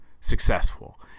successful